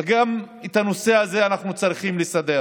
וגם את הנושא הזה אנחנו צריכים לסדר